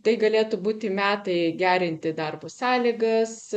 tai galėtų būti metai gerinti darbo sąlygas